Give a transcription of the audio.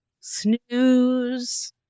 snooze